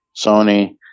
Sony